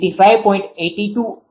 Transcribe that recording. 82 𝜇𝐹 બનશે